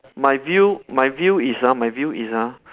my view my view is ah my view is ah